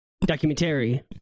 Documentary